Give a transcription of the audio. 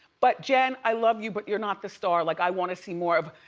but jen, i love you, but you're not the star. like i wanna see more of,